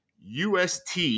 UST